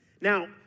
Now